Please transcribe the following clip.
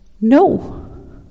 no